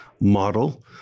model